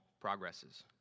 progresses